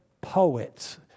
poets